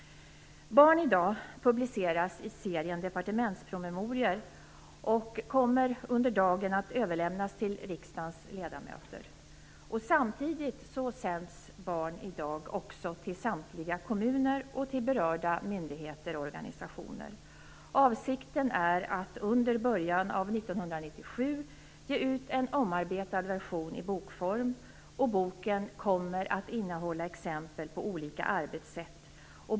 Barn idag publiceras i serien departementspromemorior och kommer under dagen att överlämnas till riksdagens ledamöter. Samtidigt sänds Barn idag till samtliga kommuner och till berörda myndigheter och organisationer. Avsikten är att under början av 1997 ge ut en omarbetad version i bokform. Boken kommer att innehålla exempel på olika arbetssätt.